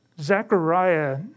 Zechariah